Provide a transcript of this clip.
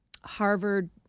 Harvard